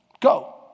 go